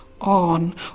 On